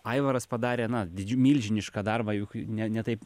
aivaras padarė na milžinišką darbą juk ne ne taip